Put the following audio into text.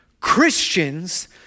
Christians